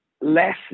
less